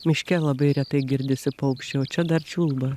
miške labai retai girdisi paukščiai o čia dar čiulba